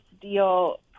deal